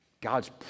God's